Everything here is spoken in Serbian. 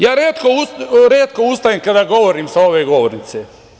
Ja retko ustajem kada govorim sa ove govornice.